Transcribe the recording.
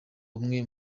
umwe